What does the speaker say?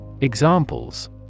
Examples